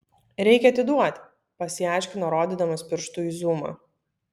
reikia atiduoti pasiaiškino rodydamas pirštu į zumą